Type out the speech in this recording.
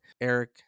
Eric